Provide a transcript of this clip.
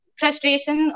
frustration